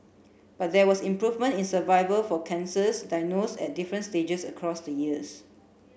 but there was improvement in survival for cancers diagnosed at different stages across the years